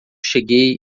cheguei